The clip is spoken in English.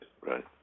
right